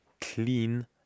clean